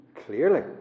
clearly